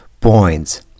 points